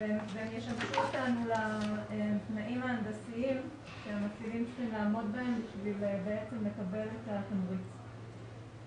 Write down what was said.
וישמשו אותנו לתנאי ההנדסיים שצריכים לעמוד בהם כדי לקבל את התמריץ.